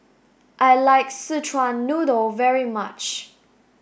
I like Szechuan noodle very much